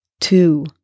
two